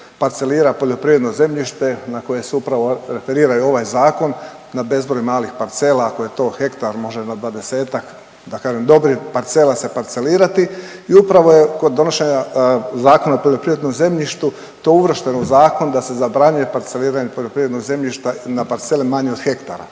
parcelira poljoprivredno zemljište na koje se upravo referira i ovaj zakon, na bezbroj malih parcela ako je to hektar možda i na 20-ak da kažem dobrih parcela se parcelirati i upravo je kod donošenja Zakona o poljoprivrednom zemljištu to uvršteno u zakon da se zabranjuje parceliziranje poljoprivrednog zemljišta na parceli manjoj od hektara.